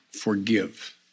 forgive